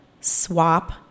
swap